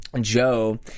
Joe